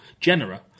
genera